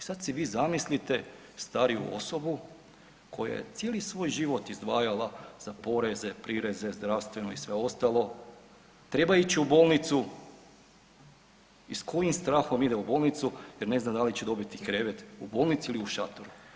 I sad si vi zamislite stariju osobu koja je cijeli svoj život izdvajala za poreze, prireze, zdravstveno i sve ostalo treba ići u bolnicu i s kojim strahom ide u bolnicu jer ne zna da li će dobiti krevet u bolnici ili u šatoru.